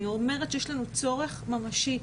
אני אומרת שיש לנו צורך ממשי.